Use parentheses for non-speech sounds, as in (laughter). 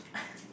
(breath)